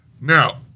Now